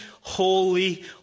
holy